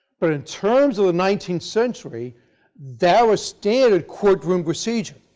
but in terms of the nineteenth century that was standard court room procedure.